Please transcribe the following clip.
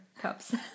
cups